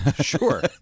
Sure